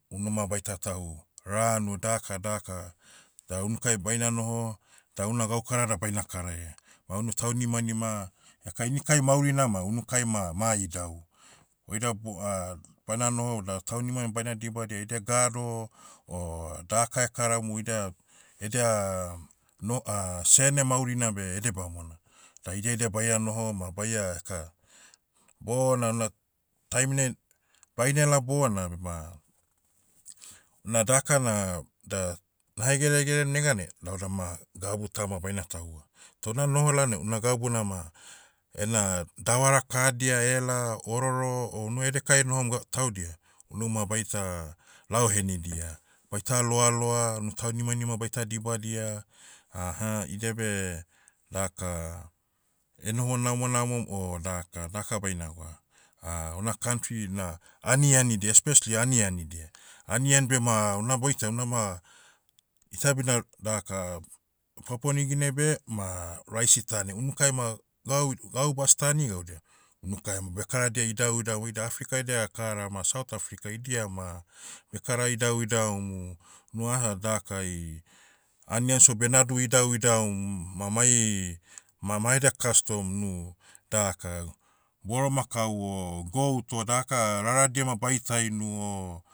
Unu ma baita tahu. Ranu dakadaka, da unukai baina noho, da una gaukara da baina karaia. Ma unu taunimanima, eka inikai maurina ma unukai ma ma idau. Oida bo- bana noho da taunima baina dibadia. Edia gado, o, daka ekaramu ida, edia, no- sene maurina beh edebamona. Da idia ida baia noho ma baia eka, bona na, taiminai, bainela bona bema, una daka na, da, nahegeregerem neganai, laudama, gabu tama baina tahua. Toh na noho lalnai, una gabu nama, ena, davara kahadia ela, ororo, o uno edekai enohom ga- taudia, unuma baita, lao henidia. Baita loaloa, unu taunimanima baita dibadia, aha idia beh, daka, enoho namonamom o daka daka bainagwa, ona kantri na, aniani dia especially anianidia. Anian bema, ona boitaiam unama, ita bina, daka, papua niugini ai beh, ma, raisi tanim. Unukai ma, gau id- gau bastani gaudia, unukae ma bekaradia idauidaum oida africa edia kara ma south africa idia ma, bekara idauidaumu, nuaha- dakai, anian so benadu idauidaum, ma mai- ma maedia custom nu, daka, boroma kau o goat o daka, raradia ma baita inu o,